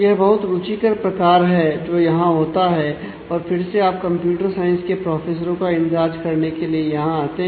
यह बहुत रूचि कर प्रकार है जो यहां होता है और फिर से आप कंप्यूटर साइंस के प्रोफेसरों का इंद्राज करने के लिए यहां आते हैं